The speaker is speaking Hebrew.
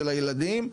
של הילדים,